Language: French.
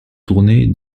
tournée